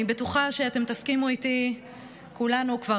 אני בטוחה שאתם תסכימו איתי שכולנו כבר